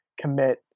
commit